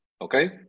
okay